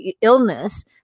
illness